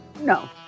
No